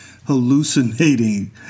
Hallucinating